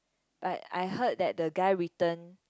but I heard that the guy returned